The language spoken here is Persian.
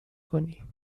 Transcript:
کنی